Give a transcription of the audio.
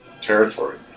territory